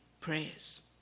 prayers